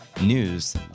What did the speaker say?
News